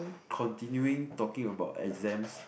continuing talking about exams